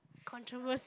controversy